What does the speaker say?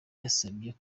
yasabye